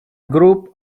group